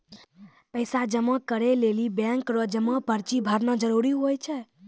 पैसा जमा करै लेली बैंक रो जमा पर्ची भरना जरूरी हुवै छै